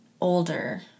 older